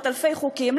אלפי חוקים,